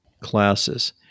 Classes